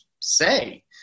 say